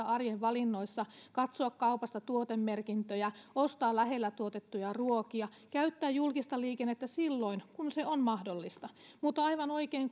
arjen valinnoissa katsoa kaupasta tuotemerkintöjä ostaa lähellä tuotettuja ruokia käyttää julkista liikennettä silloin kun se on mahdollista mutta aivan oikein